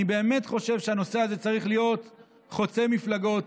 אני באמת חושב שהנושא הזה צריך להיות חוצה מפלגות,